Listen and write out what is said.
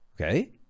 Okay